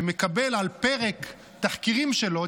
שמקבל על פרק תחקירים שלו,